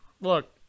look